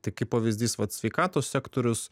tai kaip pavyzdys vat sveikatos sektorius